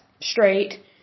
straight